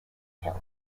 hill